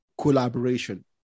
collaboration